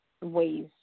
ways